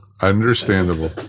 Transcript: Understandable